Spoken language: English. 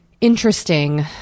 interesting